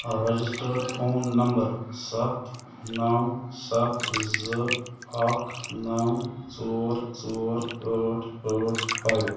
registered phone number سَتھ نَو سَتھ زٕ اکھ نَو ژور ژور ٲٹھ ٲٹھ فایِو